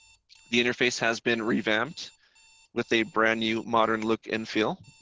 the interface has been revamped with a brand-new modern look and feel.